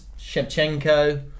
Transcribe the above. Shevchenko